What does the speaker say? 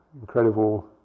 incredible